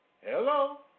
Hello